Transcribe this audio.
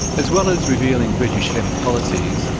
as well as revealing british hemp policies,